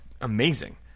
amazing